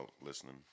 listening